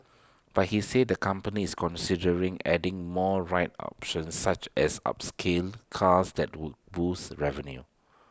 but he said the company is considering adding more ride options such as upscale cars that would boost revenue